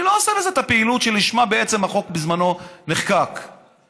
אני לא עושה את הפעילות שלשמה בעצם החוק נחקק בזמנו,